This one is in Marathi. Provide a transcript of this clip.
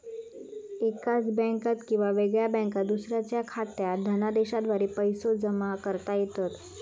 एकाच बँकात किंवा वेगळ्या बँकात दुसऱ्याच्यो खात्यात धनादेशाद्वारा पैसो जमा करता येतत